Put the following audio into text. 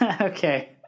okay